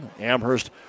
Amherst